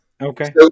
Okay